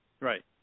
Right